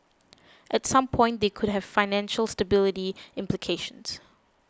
at some point they could have financial stability implications